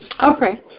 Okay